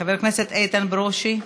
חבר הכנסת איתן ברושי,